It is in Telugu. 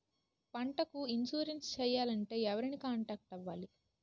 పంటకు ఇన్సురెన్స్ చేయాలంటే ఎవరిని కాంటాక్ట్ అవ్వాలి?